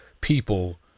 people